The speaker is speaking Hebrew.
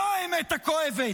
זו האמת הכואבת,